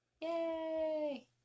Yay